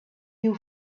you